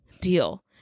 deal